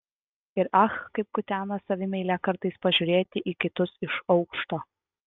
ir ach kaip kutena savimeilę kartais pažiūrėti į kitus iš aukšto